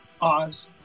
Oz